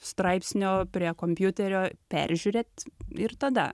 straipsnio prie kompiuterio peržiūrėt ir tada